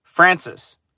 Francis